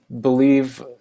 believe